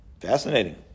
Fascinating